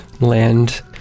land